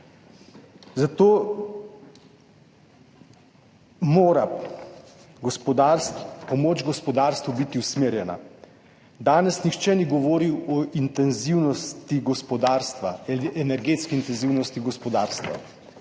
zato mora biti pomoč gospodarstvu usmerjena. Danes nihče ni govoril o energetski intenzivnosti gospodarstva.